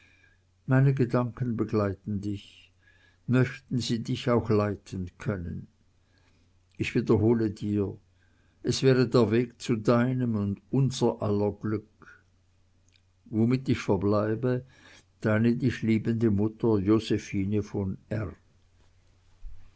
meine gedanken begleiten dich möchten sie dich auch leiten können ich wiederhole dir es wäre der weg zu deinem und unser aller glück womit ich verbleibe deine dich liebende mutter josephine von